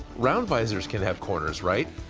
round visors can have corners right?